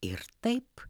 ir taip